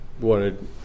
wanted